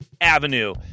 avenue